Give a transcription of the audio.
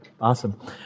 Awesome